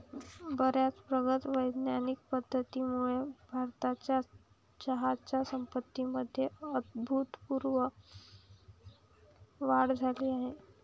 बर्याच प्रगत वैज्ञानिक पद्धतींमुळे भारताच्या चहाच्या संपत्तीमध्ये अभूतपूर्व वाढ झाली आहे